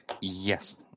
Yes